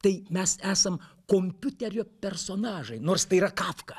tai mes esam kompiuterio personažai nors tai yra kafka